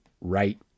right